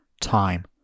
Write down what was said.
time